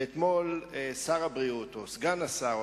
ואתמול שר הבריאות או סגן השר,